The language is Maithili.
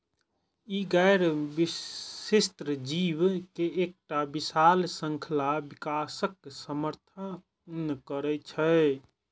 ई गैर विस्तृत जीव के एकटा विशाल शृंखलाक विकासक समर्थन करै छै